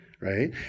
right